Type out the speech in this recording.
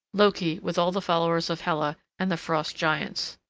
loki with all the followers of hela, and the frost giants.